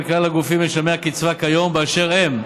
כלל הגופים משלמי הקצבה כיום באשר הם,